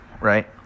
Right